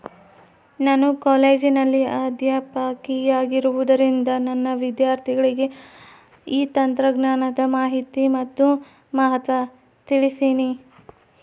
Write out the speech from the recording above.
ನಾನು ಕಾಲೇಜಿನಲ್ಲಿ ಅಧ್ಯಾಪಕಿಯಾಗಿರುವುದರಿಂದ ನನ್ನ ವಿದ್ಯಾರ್ಥಿಗಳಿಗೆ ಈ ತಂತ್ರಜ್ಞಾನದ ಮಾಹಿನಿ ಮತ್ತು ಮಹತ್ವ ತಿಳ್ಸೀನಿ